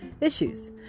issues